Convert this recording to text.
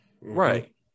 Right